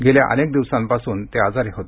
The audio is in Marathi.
गेल्या अनेक दिवसांपासून ते आजारी होते